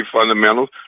fundamentals